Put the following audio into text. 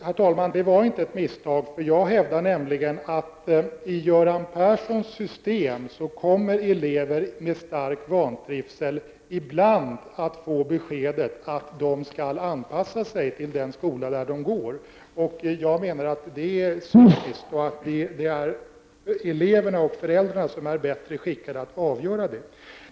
Herr talman! Det var inte ett misstag. Jag hävdar nämligen att i Göran Perssons system kommer elever med stark vantrivsel ibland att få beskedet att de skall anpassa sig till den skola där de går. Jag menar att det är cyniskt. Eleverna och deras föräldrar är bättre skickade att avgöra detta.